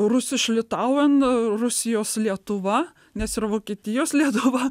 rusiš litauen e rusijos lietuva nes ir vokietijos lietuva